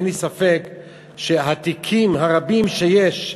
אין לי ספק שהתיקים הרבים שיש,